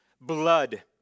blood